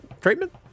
treatment